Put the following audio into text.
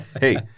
Hey